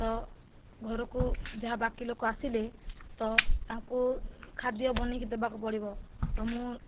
ତ ଘରକୁ ଯାହା ବାକି ଲୋକ ଆସିଲେ ତ ତାଙ୍କୁ ଖାଦ୍ୟ ବନାଇକି ଦେବାକୁ ପଡ଼ିବ ତ ମୁଁ